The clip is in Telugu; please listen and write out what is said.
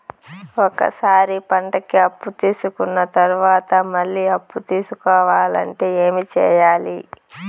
ఒక సారి పంటకి అప్పు తీసుకున్న తర్వాత మళ్ళీ అప్పు తీసుకోవాలంటే ఏమి చేయాలి?